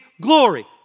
glory